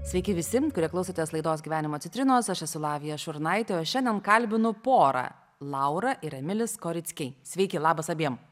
sveiki visi kurie klausotės laidos gyvenimo citrinos aš esu lavija šurnaitė o šiandien kalbinu porą laura ir emilis korickiai sveiki labas abiem